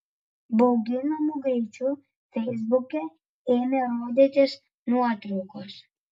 bauginamu greičiu feisbuke ėmė rodytis nuotraukos